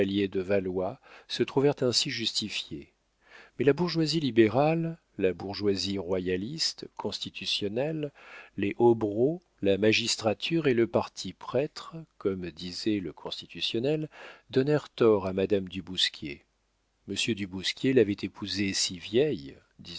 de valois se trouvèrent ainsi justifiées mais la bourgeoisie libérale la bourgeoisie royaliste constitutionnelle les hobereaux la magistrature et le parti prêtre comme disait le constitutionnel donnèrent tort à madame du bousquier monsieur du bousquier l'avait épousée si vieille